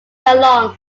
along